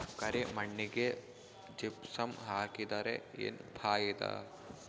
ಕರಿ ಮಣ್ಣಿಗೆ ಜಿಪ್ಸಮ್ ಹಾಕಿದರೆ ಏನ್ ಫಾಯಿದಾ?